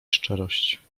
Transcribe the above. szczerość